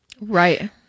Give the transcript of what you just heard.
Right